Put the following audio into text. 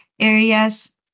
areas